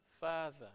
father